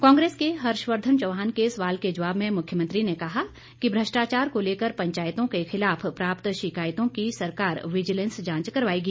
कांग्रेस के हर्षवर्धन चौहान के सवाल के जवाब में मुख्यमंत्री ने कहा कि भ्रष्टाचार को लेकर पंचायतों के खिलाफ प्राप्त शिकायतों की सरकार विजिलेंस जांच करवाएगी